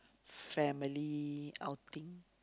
family outing